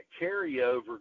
carryover